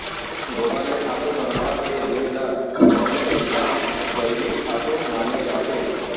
गोबर ले खातू बनावत हे जेन ल सबले बड़िहा जइविक खातू माने जाथे